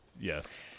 Yes